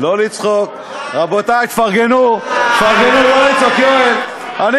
לא לצחוק, רבותי, תפרגנו, תפרגנו, לא לצחוק, יואל.